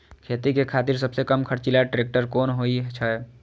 खेती के खातिर सबसे कम खर्चीला ट्रेक्टर कोन होई छै?